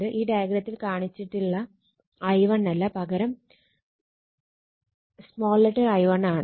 ഈ ഡയഗ്രത്തിൽ കാണിച്ചിട്ടുള്ള I1 അല്ല പകരം i1 ആണ്